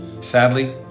Sadly